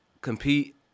compete